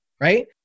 right